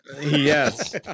Yes